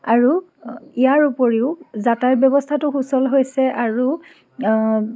আৰু ইয়াৰ উপৰিও যাতায়ত ব্যৱস্থাটো সুচল হৈছে আৰু